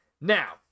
Now